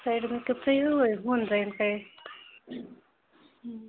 side मेकपचंही होईल होऊन जाईल काही